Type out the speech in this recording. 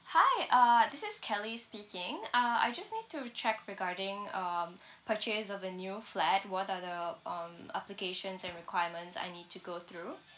hi uh this is kelly speaking uh I just need to check regarding um purchase of a new flat what are the um applications and requirements I need to go through